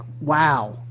wow